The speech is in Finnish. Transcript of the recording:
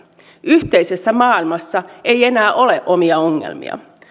yhteisessä maailmassa ei enää ole omia ongelmia